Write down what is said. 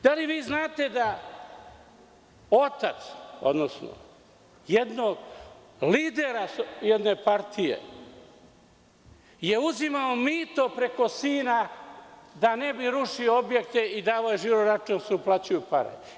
Da li vi znate da otac, odnosno lidera jedne partije je uzimao mito preko sina da ne bi rušio objekte i davao je žiro račun da se uplaćuju pare?